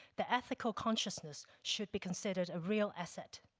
the ethical consciousness should be considered a real asset.